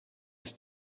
ist